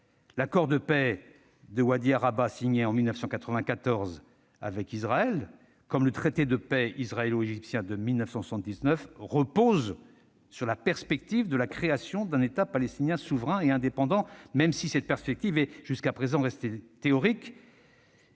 L'accord de paix de Wadi Araba, signé en 1994, avec Israël comme le traité de paix israélo-égyptien de 1979 reposent sur la perspective de la création d'un État palestinien souverain et indépendant. Même si cette perspective est restée théorique